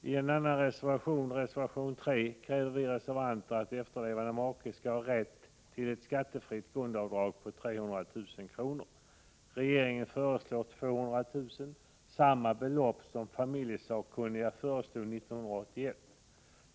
I reservation nr 3 kräver vi reservanter att efterlevande make skall ha rätt till ett skattefritt grundavdrag på 300 000 kr. Regeringen föreslår 200 000 kr. Det är samma belopp som familjelagssakkunniga föreslog 1981.